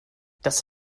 das